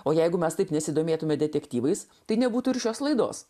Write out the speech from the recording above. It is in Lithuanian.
o jeigu mes taip nesidomėtumėme detektyvais tai nebūtų ir šios laidos